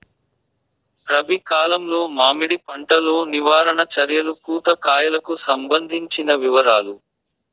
రబి కాలంలో మామిడి పంట లో నివారణ చర్యలు పూత కాయలకు సంబంధించిన వివరాలు?